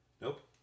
Nope